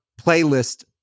playlist